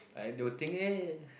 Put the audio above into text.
I don't think eh